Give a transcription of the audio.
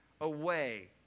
away